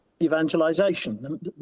evangelization